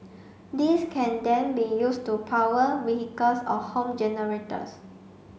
this can then be used to power vehicles or home generators